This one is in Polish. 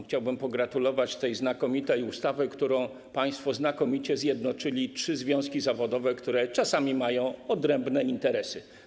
Chciałbym pogratulować tej znakomitej ustawy, za pomocą której państwo znakomicie zjednoczyli trzy związki zawodowe, które czasami mają odrębne interesy.